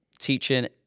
teaching